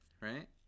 right